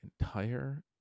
entire